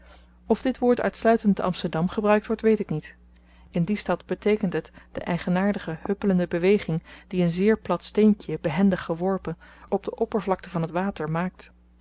of dit woord uitsluitend te amsterdam gebruikt wordt weet ik niet in die stad beteekent het de eigenaardige huppelende beweging die n zeer plat steentje behendig geworpen op de oppervlakte van t water maakt